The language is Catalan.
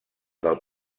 del